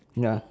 ya